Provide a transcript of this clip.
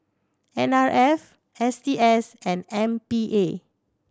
N R F S T S and M P A